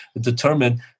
determine